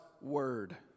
word